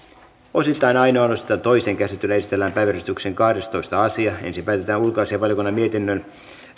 osittain ainoaan osittain toiseen käsittelyyn esitellään päiväjärjestyksen kahdestoista asia ensin päätetään ulkoasiainvaliokunnan mietinnön